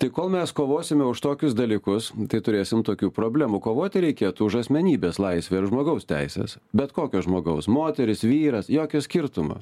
tai kol mes kovosime už tokius dalykus tai turėsim tokių problemų kovoti reikėtų už asmenybės laisvę ir žmogaus teises bet kokio žmogaus moteris vyras jokio skirtumo